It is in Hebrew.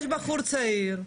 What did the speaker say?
יש בחור צעיר,